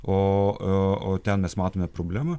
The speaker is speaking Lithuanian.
o o o ten mes matome problemą